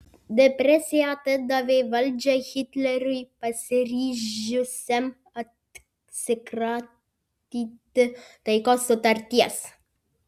depresija atidavė valdžią hitleriui pasiryžusiam atsikratyti taikos sutarties